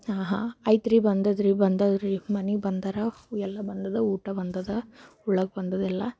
ಹಾಂ ಹಾಂ ಆಯ್ತುರಿ ಬಂದಿದೆರಿ ಬಂದಾವ್ರಿ ಮನೆಗೆ ಬಂದಾರ ಎಲ್ಲ ಬಂದಿದೆ ಊಟ ಬಂದಿದೆ ಉಣ್ಣೋಕ್ಕೆ ಬಂದಿದೆಲ್ಲ